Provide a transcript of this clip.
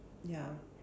ya